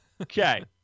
Okay